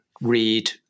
read